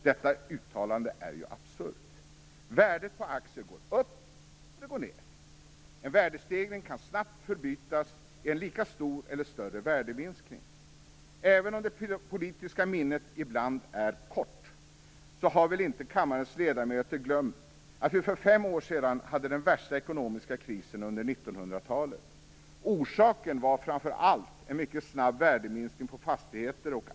Detta uttalande är ju absurt. Värdet på aktier går upp, och det går ner. En värdestegring kan snabbt förbytas i en lika stor eller större värdeminskning. Även om det politiska minnet ibland är kort, har väl inte kammarens ledamöter glömt att vi för fem år sedan hade den värsta ekonomiska krisen under 1900-talet? Orsaken var framför allt en mycket snabb värdeminskning på fastigheter.